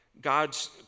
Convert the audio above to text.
God's